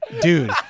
dude